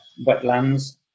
wetlands